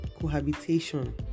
cohabitation